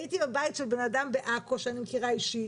הייתי בבית של בן אדם בעכו שאני מכירה אישית.